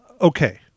okay